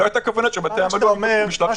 אתה